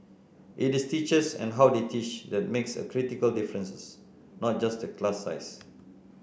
it is teachers and how they teach that makes a critical differences not just the class size